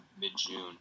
mid-June